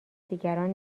دیگران